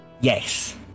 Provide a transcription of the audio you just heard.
Yes